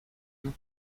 pour